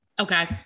Okay